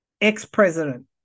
ex-president